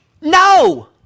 No